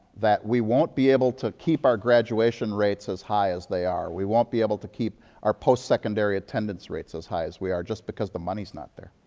that we won't be able to keep our graduation rates as high as they are. we won't be able to keep our post-secondary attendance rates as high as we are just because the moneyis not there.